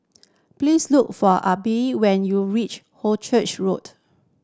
please look for Abe when you reach Hornchurch Road